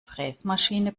fräsmaschine